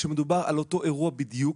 כאשר מדובר על אותו אירוע בדיוק,